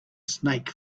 snake